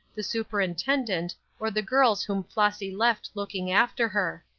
the superintendent or the girls whom flossy left looking after her.